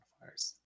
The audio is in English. modifiers